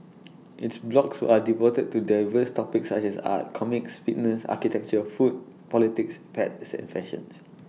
its blogs are devoted to diverse topics such as art comics fitness architecture food politics pets and fashion